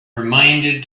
reminded